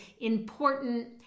important